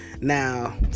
now